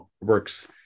works